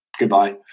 goodbye